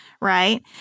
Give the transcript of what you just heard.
Right